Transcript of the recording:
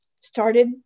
started